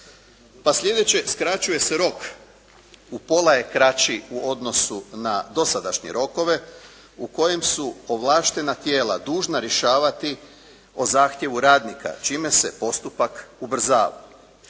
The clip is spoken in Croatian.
Pa slijedeće, skraćuje se rok. U pola je kraći u odnosu na dosadašnje rokove u kojim su povlaštena tijela dužna rješavati o zahtjevu radnika čime se postupak ubrzava.